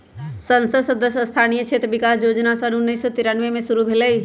संसद सदस्य स्थानीय क्षेत्र विकास जोजना सन उन्नीस सौ तिरानमें में शुरु भेलई